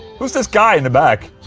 who's this guy in the back,